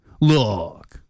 Look